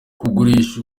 kugurisha